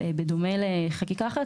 בדומה לחקיקה אחרת,